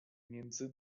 między